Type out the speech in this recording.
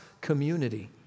community